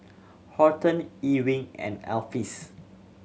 Horton Ewing and Alpheus